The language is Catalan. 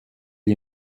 ell